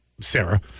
Sarah